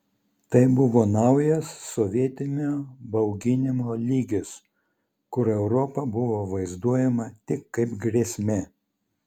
tai buvo naujas sovietinio bauginimo lygis kur europa buvo vaizduojama tik kaip grėsmė